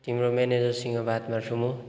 तिम्रो म्यानेजरसँग बात मार्छु म